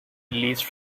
released